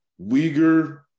Uyghur